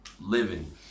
living